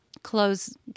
close